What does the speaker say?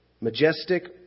majestic